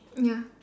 ya